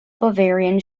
bavarian